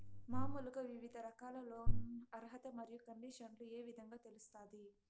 మామూలుగా వివిధ రకాల లోను అర్హత మరియు కండిషన్లు ఏ విధంగా తెలుస్తాది?